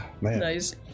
Nice